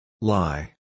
Lie